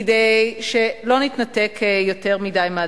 כדי שלא נתנתק יותר מדי מהדברים.